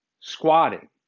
squatting